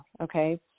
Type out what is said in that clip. okay